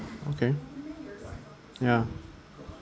okay ya